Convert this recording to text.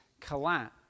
collapse